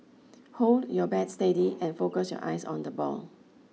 hold your bat steady and focus your eyes on the ball